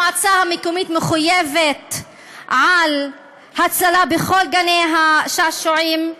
המועצה המקומית מחויבת הצללה בכל גני-השעשועים.